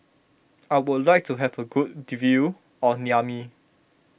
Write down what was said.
I would like to have a good view of Niamey